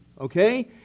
Okay